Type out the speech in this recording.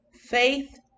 faith